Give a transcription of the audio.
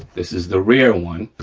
this is the rear one,